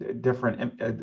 different